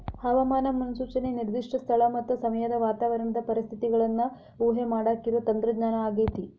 ಹವಾಮಾನ ಮುನ್ಸೂಚನೆ ನಿರ್ದಿಷ್ಟ ಸ್ಥಳ ಮತ್ತ ಸಮಯದ ವಾತಾವರಣದ ಪರಿಸ್ಥಿತಿಗಳನ್ನ ಊಹೆಮಾಡಾಕಿರೋ ತಂತ್ರಜ್ಞಾನ ಆಗೇತಿ